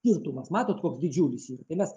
skirtumas matot koks didžiulis yra tai mes